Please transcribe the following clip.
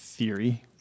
theory